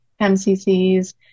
MCCs